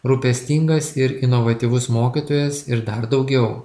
rūpestingas ir inovatyvus mokytojas ir dar daugiau